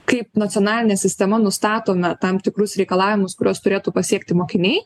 kaip nacionalinė sistema nustatome tam tikrus reikalavimus kuriuos turėtų pasiekti mokiniai